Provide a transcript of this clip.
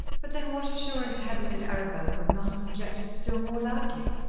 but then what assurance had he that arabella would not have objected still more loudly.